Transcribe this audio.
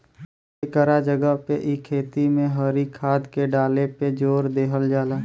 एकरा जगह पे इ खेती में हरी खाद के डाले पे जोर देहल जाला